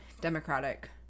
democratic